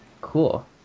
Cool